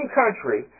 country